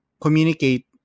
communicate